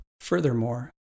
Furthermore